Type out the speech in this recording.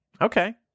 Okay